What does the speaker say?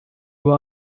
were